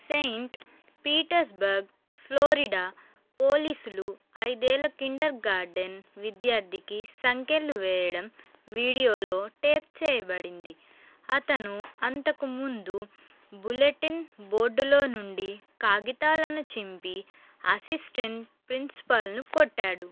Saint Petersburg Florida పోలీసులు ఐదేళ్ళ kindergarten విద్యార్థికి సంకెళ్ళు వేయడం వీడియోలో టేప్ చేయబడింది అతను అంతకుముందు బులెటిన్ బోర్డులో నుండి కాగితాలను చింపి అసిస్టెంట్ ప్రిన్సిపల్ను కొట్టాడు